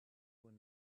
were